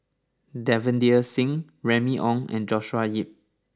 Davinder Singh Remy Ong and Joshua Ip